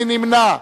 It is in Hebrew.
מי נמנע?